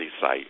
site